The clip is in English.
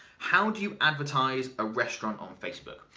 how do you advertise a restaurant on facebook?